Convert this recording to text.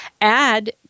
Add